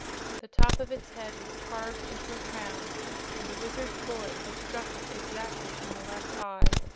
the top of its head was carved into a crown and the wizard's bullet had struck it exactly in the left eye,